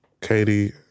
Katie